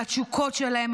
על התשוקות שלהם,